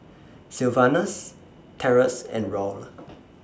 Sylvanus Terrence and Raul